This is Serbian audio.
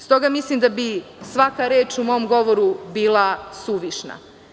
Stoga, mislim da bi svaka reč u mom govoru bila suvišna.